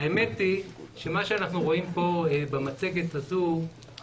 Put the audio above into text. האמת היא שמה שאנחנו רואים כאן במצגת הזאת,